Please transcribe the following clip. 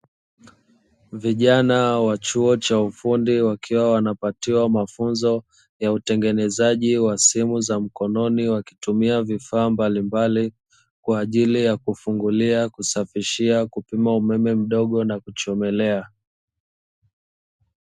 Vijana wa chuo cha ufundi wakiwa wanapatiwa mafunzo ya utengenezaji wa simu za mkononi, wakitumia vifaa mbalimbali kwa ajili ya kufungulia, kusafishia, kupima umeme mdogo na kuchomelea.